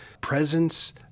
presence